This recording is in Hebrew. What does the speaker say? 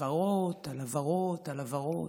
הבהרות על הבהרות על הבהרות.